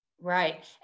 Right